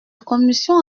commission